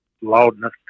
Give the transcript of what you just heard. loudness